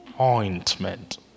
ointment